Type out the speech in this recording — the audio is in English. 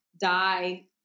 die